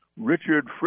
Richard